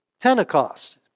Pentecost